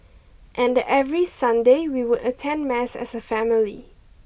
and every Sunday we would attend mass as a family